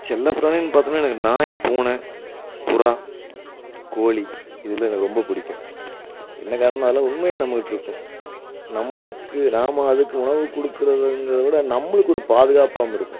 செல்லப்பிராணின்னு பார்த்தோம்னா எனக்கு நாய் பூனை புறா கோழி இதெலாம் எனக்கு ரொம்ப பிடிக்கும் என்ன காரணம்னால் உண்மையாக நம்மகிட்டே இருக்கும் நம்மளுக்கு நாம் அதுக்கு உணவு கொடுக்குறதுங்கிறத விட நம்மளுக்கு ஒரு பாதுகாப்பாகவும் இருக்கும்